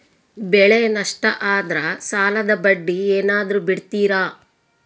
ಬೆಳೆ ನಷ್ಟ ಆದ್ರ ಸಾಲದ ಬಡ್ಡಿ ಏನಾದ್ರು ಬಿಡ್ತಿರಾ?